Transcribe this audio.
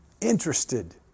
interested